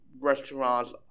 restaurants